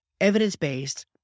Evidence-based